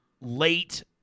late